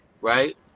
right